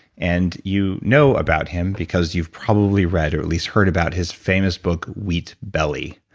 and you know about him because you've probably read or at least heard about his famous book, wheat belly.